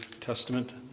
Testament